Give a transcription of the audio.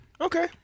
Okay